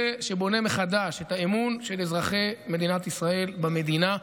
זה שבונה מחדש את האמון של אזרחי מדינת ישראל במדינה.